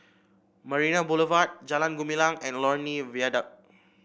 Marina Boulevard Jalan Gumilang and Lornie Viaduct